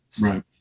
right